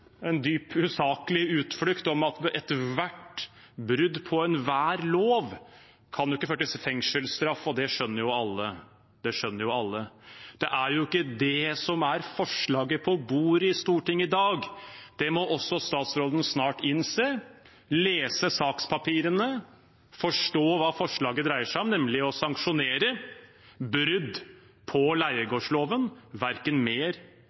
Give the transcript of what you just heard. en utflukt, en dypt usaklig utflukt, om at ethvert brudd på enhver lov ikke kan føre til fengselsstraff. Det skjønner jo alle. Det er ikke det forslaget som ligger på bordet i Stortinget i dag. Det må også statsråden snart innse – lese sakspapirene, forstå hva forslaget dreier seg om, nemlig å sanksjonere brudd på leiegårdsloven, verken mer